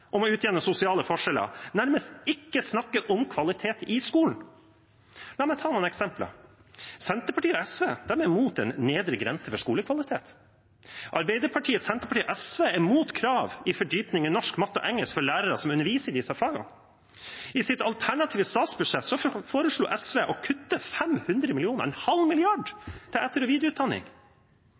om å utjevne sosiale forskjeller, nærmest ikke snakker om kvalitet i skolen. La meg ta noen eksempler: Senterpartiet og SV er imot en nedre grense for skolekvalitet. Arbeiderpartiet, Senterpartiet og SV er imot krav om fordypning i norsk, matte og engelsk for lærere som underviser i disse fagene. I sitt alternative statsbudsjett foreslo SV å kutte 500 mill. kr – 0,5 mrd. kr – til etter- og videreutdanning.